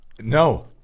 no